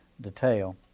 detail